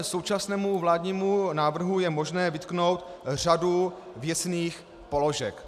Nicméně současnému vládnímu návrhu je možné vytknout řadu věcných položek.